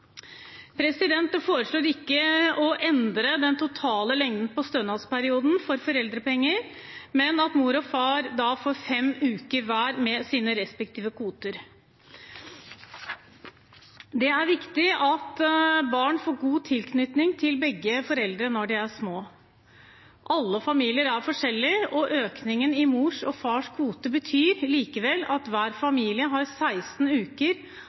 Det foreslås ikke å endre den totale lengden på stønadsperioden for foreldrepenger, men at mor og far får fem uker hver med sine respektive kvoter. Det er viktig at barn får god tilknytning til begge foreldre når de er små. Alle familier er forskjellige, og økningen i mors og fars kvote betyr likevel at hver familie har 16 uker